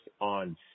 on